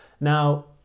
Now